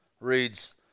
reads